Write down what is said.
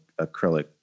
acrylic